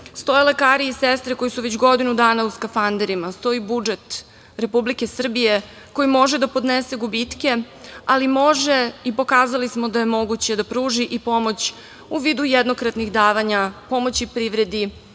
stoje lekari i sestre koji su već godinu dana u skafanderima, stoji budžet Republike Srbije koji može da podnese gubitke, ali može, i pokazali smo da je moguće, da pruži i pomoć u vidu jednokratnih davanja pomoći privredi,